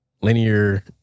linear